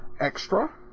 extra